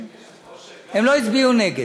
האמת היא, משה גפני, הם לא הצביעו נגד.